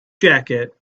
jacket